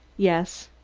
yes.